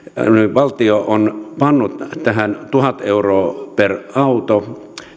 valtio on pannut tähän tuhat euroa per auto